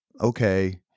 okay